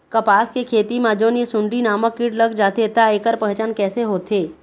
कपास के खेती मा जोन ये सुंडी नामक कीट लग जाथे ता ऐकर पहचान कैसे होथे?